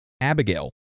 Abigail